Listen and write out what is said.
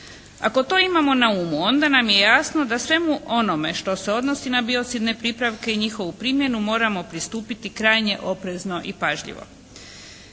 Ako to imamo na umu onda nam je jasno da svemu onome što se odnosi na biocidne pripravke i njihovu primjenu moramo pristupiti krajnje oprezno i pažljivo.